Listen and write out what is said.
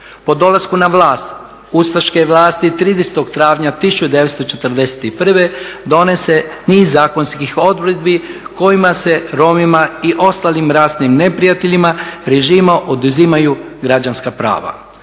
Po dolasku na vlast ustaške vlasti 30. travnja 1941. donose niz zakonskih odredbi kojima se Romima i ostalim rasnim neprijateljima režima oduzimaju građanska prava.